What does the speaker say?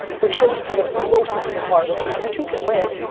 which goes to the most interesting part which is, you two can win,